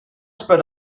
sped